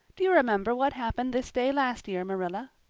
do you remember what happened this day last year, marilla?